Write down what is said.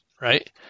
right